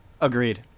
Agreed